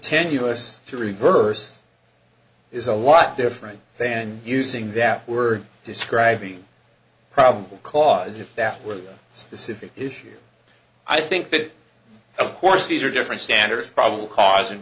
tenuous to reverse is a lot different than using that word to describe the probable cause if that were a specific issue i think that of course these are different standards probable cause and